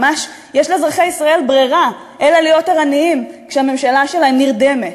ממש יש לאזרחי ישראל ברירה אלא להיות ערניים כשהממשלה שלהם נרדמת,